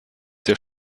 der